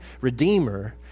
redeemer